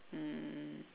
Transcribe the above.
mm